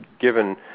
given